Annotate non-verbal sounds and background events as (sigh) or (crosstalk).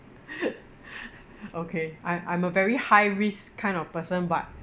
(laughs) okay I I'm a very high risk kind of person but